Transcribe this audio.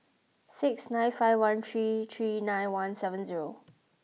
six nine five one three three nine one seven zero